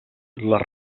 les